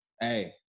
hey